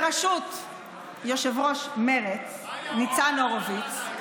בראשות יושב-ראש מרצ ניצן הורוביץ,